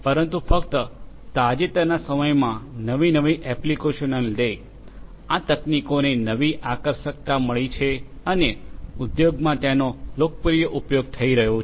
પરંતુ ફક્ત તાજેતરના સમયમાં નવી નવી એપ્લિકેશનોને લીધે આ તકનીકીઓને નવી આકર્ષકતા મળી છે અને ઉદ્યોગોમાં તેનો ઉપયોગ લોકપ્રિય થઈ રહ્યો છે